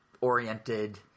oriented